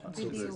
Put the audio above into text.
צודק.